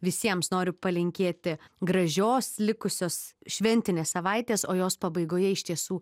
visiems noriu palinkėti gražios likusios šventinės savaitės o jos pabaigoje iš tiesų